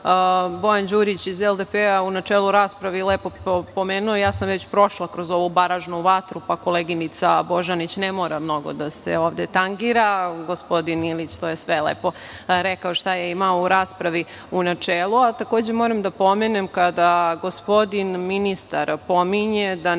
Bojan Đurić iz LDP, u načelu u raspravi lepo pomenuo, ja sam već prošla kroz ovu baražnu vatru, pa koleginica Božanić ne mora mnogo ovde da se tangira, gospodin Ilić to je sve lepo rekao šta je imao u raspravi u načelu. Takođe moram da pomenem kada gospodin ministar pominje da ne